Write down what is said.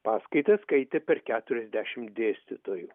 paskaitas skaitė per keturiasdešimt dėstytojų